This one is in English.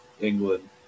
England